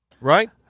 right